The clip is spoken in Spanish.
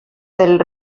del